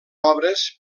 obres